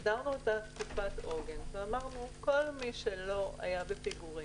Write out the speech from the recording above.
הגדרנו אותה כתקופת עוגן ואמרנו: כל מי שלא היה בפיגורים,